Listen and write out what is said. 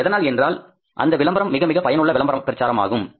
அது எதனால் என்றால் அந்த விளம்பரம் மிக மிக பயனுள்ள விளம்பர பிரச்சாரம் ஆகும்